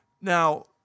Now